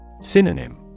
Synonym